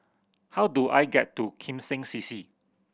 how do I get to Kim Seng C C